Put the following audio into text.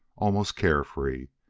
almost carefree.